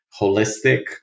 holistic